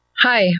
Hi